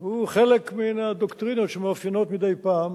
היא חלק מהדוקטרינות שמאפיינות מדי פעם